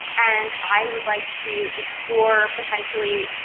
and i would like to explore, potentially,